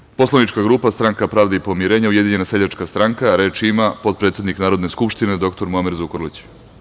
Reč ima, poslanička grupa Stranka pravde i pomirenja – Ujedinjena seljačka stranka, potpredsednik Narodne skupštine dr Muamer Zukorlić.